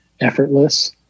effortless